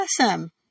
awesome